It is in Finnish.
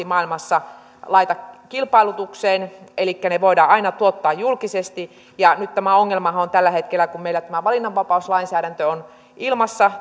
mahti maailmassa laita kilpailutukseen elikkä ne voidaan aina tuottaa julkisesti nyt tämä ongelmahan on tällä hetkellä kun meillä tämä valinnanvapauslainsäädäntö on ilmassa